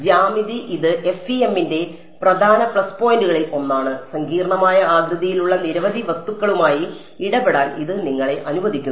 ജ്യാമിതി ഇത് FEM ന്റെ പ്രധാന പ്ലസ് പോയിന്റുകളിൽ ഒന്നാണ് സങ്കീർണ്ണമായ ആകൃതിയിലുള്ള നിരവധി വസ്തുക്കളുമായി ഇടപെടാൻ ഇത് നിങ്ങളെ അനുവദിക്കുന്നു